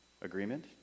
Agreement